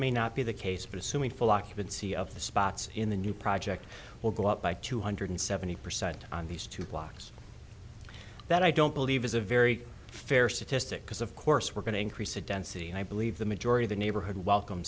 may not be the case but assuming full occupancy of the spots in the new project will go up by two hundred seventy percent on these two blocks that i don't believe is a very fair statistic because of course we're going to increase a density and i believe the majority of the neighborhood welcome